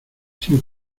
sin